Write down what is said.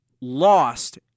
lost